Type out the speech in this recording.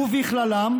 רק של השמאל.